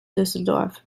düsseldorf